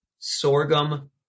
sorghum